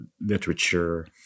literature